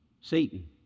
Satan